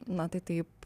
na tai taip